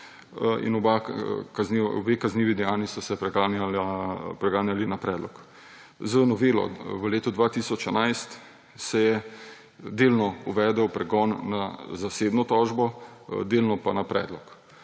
Obe kaznivi dejanji sta se preganjali na predlog. Z novelo v letu 2011 se je delno uvedel pregon na zasebno tožbo, delno pa na predlog,